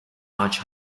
large